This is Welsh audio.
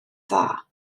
dda